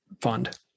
fund